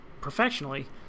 professionally